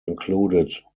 included